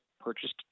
purchased